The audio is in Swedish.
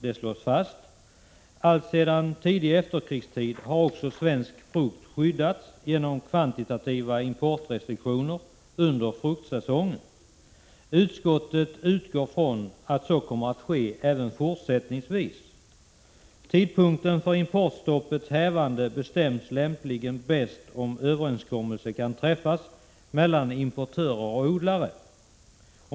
Det slås fast. Alltsedan tidig efterkrigstid har också svensk frukt skyddats genom kvantitativa importrestriktioner under fruktsäsongen. Utskottet utgår från att så kommer att ske även fortsättningsvis. Tidpunkten för importstoppets hävande bestäms lämpligen bäst om överenskommelse kan träffas mellan importörer och odlare.